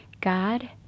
God